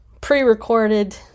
pre-recorded